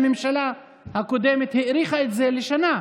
הממשלה הקודמת האריכה את זה בשנה?